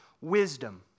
wisdom